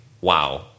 wow